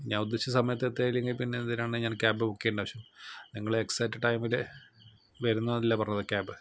ഞാൻ ഉദ്ദേശിച്ച സമയത്ത് എത്തിയില്ലെങ്കിൽ പിന്നെന്തിനാണ് ഞാൻ ക്യാബ് ബുക്കേയ്യണ്ട ആവശ്യം നിങ്ങള് എക്സാറ്റ് ടൈമില് വരും എന്നല്ലെ പറഞ്ഞത് ക്യാബ്